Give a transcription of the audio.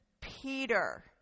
Peter